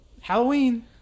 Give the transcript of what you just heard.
Halloween